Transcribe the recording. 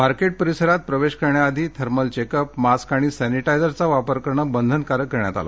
market परिसरात प्रवेश करण्याआधी थर्मल चेकअप मास्क आणि सॅनिटायझरचा वापर करण बंधनकारक करण्यात आलं